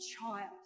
child